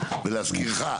ולהזכירך,